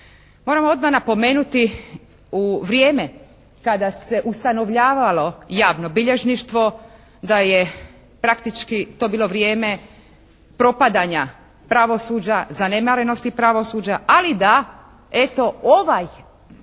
Moram odmah napomenuti u vrijeme kada se ustanovljavalo javno bilježništvo da je praktički to bilo vrijeme propadanja pravosuđa, zanemarenosti pravosuđa. Ali da eto ovaj